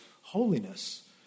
holiness